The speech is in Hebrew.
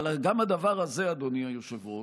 אבל גם הדבר הזה, אדוני היושב-ראש,